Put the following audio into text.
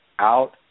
out